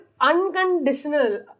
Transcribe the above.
unconditional